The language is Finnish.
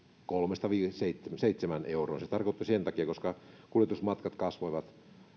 kolmeen viiva seitsemään seitsemään euroon se tapahtui sen takia että kuljetusmatkat kasvoivat